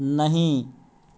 नहि